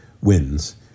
wins